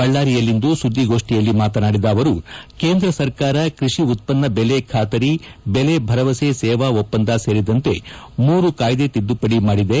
ಬಳ್ಳಾರಿಯಲ್ಲಿಂದು ಸುದ್ವಿಗೋಷ್ಠಿಯಲ್ಲಿ ಮಾತನಾಡಿದ ಅವರು ಕೇಂದ್ರ ಸರ್ಕಾರ ಕೃಷಿ ಉತ್ಪನ್ನ ಬೆಲೆ ಖಾತರಿ ಬೆಲೆ ಭರಮಸೆ ಸೇವಾ ಒಪ್ಪಂದ ಸೇರಿದಂತೆ ಮೂರು ಕಾಯ್ದೆ ತಿದ್ದಪಡಿ ಮಾಡಿದೆ